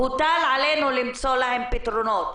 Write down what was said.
שהוטל עלינו למצוא להן פתרונות.